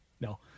No